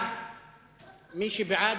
ההצעה לכלול את הנושא בסדר-היום של הכנסת נתקבלה.